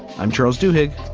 i'm charles duhigg.